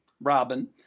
Robin